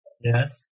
Yes